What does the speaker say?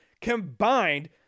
combined